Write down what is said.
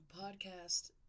podcast